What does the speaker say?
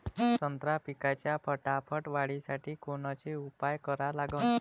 संत्रा पिकाच्या फटाफट वाढीसाठी कोनचे उपाव करा लागन?